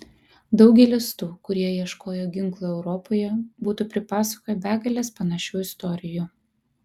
daugelis tų kurie ieškojo ginklų europoje būtų pripasakoję begales panašių istorijų